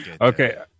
Okay